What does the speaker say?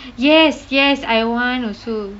yes yes I want also